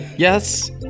Yes